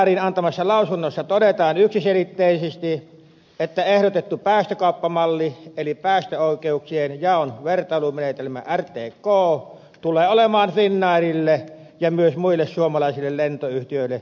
finnairin antamassa lausunnossa todetaan yksiselitteisesti että ehdotettu päästökauppamalli eli päästöoikeuksien jaon vertailumenetelmä rtk tulee olemaan finnairille ja myös muille suomalaisille lentoyhtiöille silkka rasite